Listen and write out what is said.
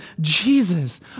Jesus